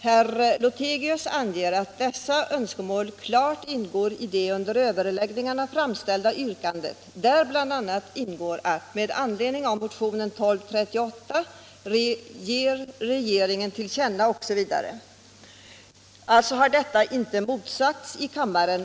Herr Lothigius anger att dessa önskemål klart ingår i det under överläggningen framställda yrkandet, där det bl.a. heter att riksdagen med anledning av motionen 1975/76:1238 bör ge regeringen till känna osv. Detta har inte motsagts i kammaren.